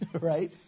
right